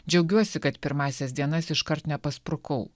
džiaugiuosi kad pirmąsias dienas iškart nepasprukau